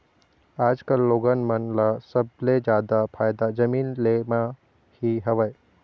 आजकल लोगन मन ल सबले जादा फायदा जमीन ले म ही हवय